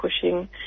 pushing